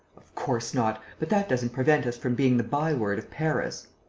of course not. but that doesn't prevent us from being the by-word of paris.